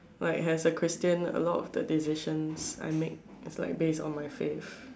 like as a Christian a lot of the decisions I make is like based on my faith